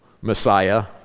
Messiah